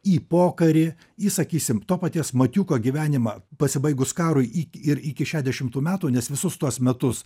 į pokarį į sakysim to paties matiuko gyvenimą pasibaigus karui į ir iki šešiasdešimtų metų nes visus tuos metus